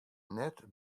net